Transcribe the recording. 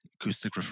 Acoustic